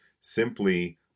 simply